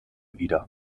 wider